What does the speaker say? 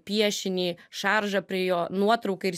piešinį šaržą prie jo nuotrauką ir